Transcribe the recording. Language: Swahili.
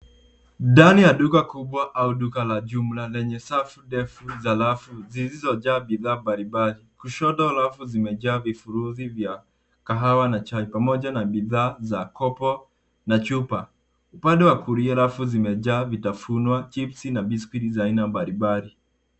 Ndani ya duka kubwa, au duka la jumla lenye safu ndefu za rafu zilizojaa bidhaa mbalimbali. Kushoto, rafu zimejaa vifurushi vya kahawa na chai, pamoja na bidhaa za kopo, na chupa. Upande wa kulia rafu zimejaa vitafunwa, chipsi na biscuit za aina mbalimbali.